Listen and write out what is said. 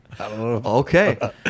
Okay